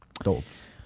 adults